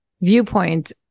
viewpoint